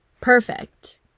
perfect